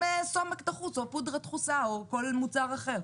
סומק דחוס או פודרה דחוסה או כל מוצר אחר.